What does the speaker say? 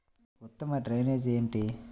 ఉత్తమ డ్రైనేజ్ ఏమిటి?